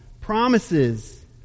promises